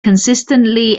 consistently